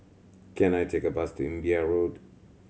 can I take a bus to Imbiah Road